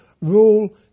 rule